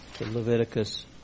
Leviticus